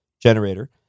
generator